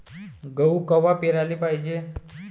गहू कवा पेराले पायजे?